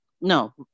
No